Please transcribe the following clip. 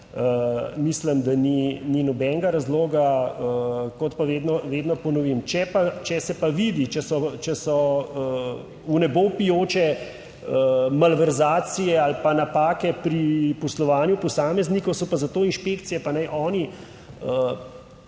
mislim, da ni nobenega razloga. Kot pa vedno, vedno ponovim, če pa, če se pa vidi, če so, če so v nebo vpijoče malverzacije ali pa napake pri poslovanju posameznikov so pa za to inšpekcije, pa naj oni oddelajo